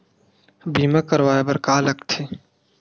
बीमा करवाय बर का का लगथे?